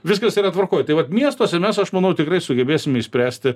viskas yra tvarkoj tai vat miestuose mes aš manau tikrai sugebėsime išspręsti